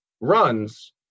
runs